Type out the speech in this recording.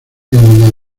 donde